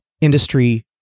industry